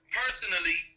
personally